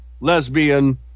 lesbian